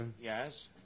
yes